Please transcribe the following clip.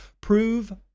Prove